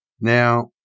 Now